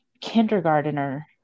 kindergartner